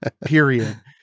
period